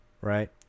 Right